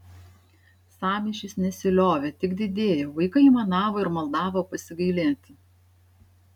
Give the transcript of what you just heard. sąmyšis nesiliovė tik didėjo vaikai aimanavo ir maldavo pasigailėti